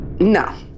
No